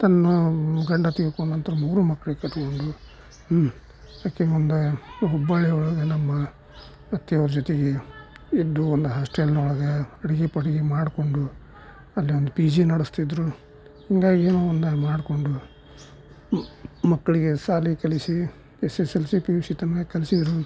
ತನ್ನ ಗಂಡ ತೀರ್ಕೊಂಡ ನಂತರ ಮೂರು ಮಕ್ಳ ಕಟ್ಟಿಕೊಂಡು ಆಕೆ ಮುಂದೆ ಹುಬ್ಬಳ್ಳಿ ಒಳಗೆ ನಮ್ಮ ಅತ್ತಿಯವರ ಜೊತೆಗೆ ಇದ್ದು ಒಂದು ಹಾಸ್ಟೆಲ್ನೊಳಗೆ ಅಡುಗೆ ಪಡುಗೆ ಮಾಡಿಕೊಂಡು ಅಲ್ಲೊಂದು ಪಿ ಜಿ ನಡೆಸ್ತಿದ್ದರು ಹಿಂಗಾಗಿ ಏನೋ ಒಂದನ್ನು ಮಾಡಿಕೊಂಡು ಮಕ್ಕಳಿಗೆ ಶಾಲಿ ಕಲಿಸಿ S S L C P U C ತನಕ ಕಲ್ಸಿದರು